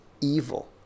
evil